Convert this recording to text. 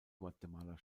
guatemala